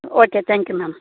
okay thank you madam